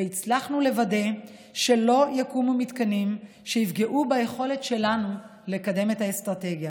והצלחנו לוודא שלא יקומו מתקנים שיפגעו ביכולת שלנו לקדם את האסטרטגיה.